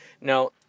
Now